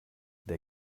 der